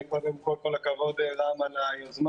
קודם כל, כל הכבוד על היוזמה.